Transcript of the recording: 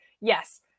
Yes